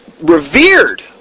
revered